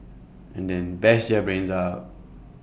and then bash their brains out